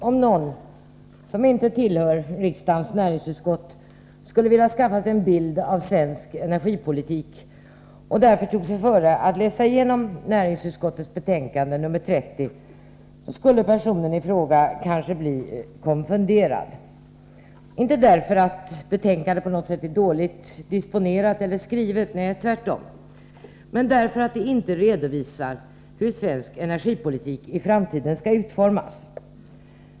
Om någon som inte tillhör riksdagens näringsutskott skulle vilja skaffa sig en bild av svensk energipolitik och därför tog sig före att läsa igenom näringsutskottets betänkande nr 30, skulle personen i fråga kanske bli konfunderad, inte därför att betänkandet på något sätt är dåligt disponerat eller skrivet — nej, tvärtom — men därför att det inte redovisar hur svensk energipolitik i framtiden skall utformas.